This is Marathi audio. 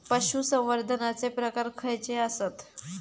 पशुसंवर्धनाचे प्रकार खयचे आसत?